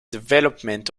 development